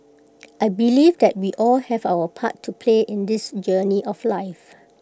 I believe that we all have our part to play in this journey of life